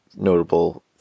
notable